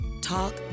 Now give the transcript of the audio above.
talk